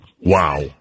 Wow